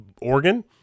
organ